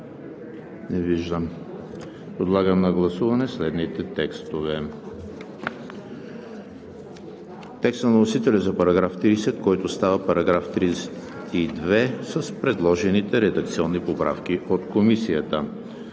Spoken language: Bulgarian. Не виждам. Подлагам на гласуване следните текстове: текста на вносителя за § 30, който става § 32 с предложените редакционни поправки от Комисията;